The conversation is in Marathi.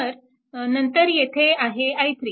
तर नंतर येथे आहे i3